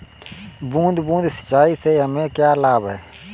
बूंद बूंद सिंचाई से हमें क्या लाभ है?